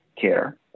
care